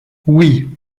oui